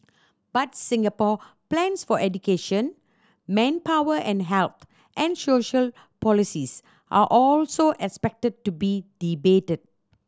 but Singapore plans for education manpower and health and social policies are also expected to be debated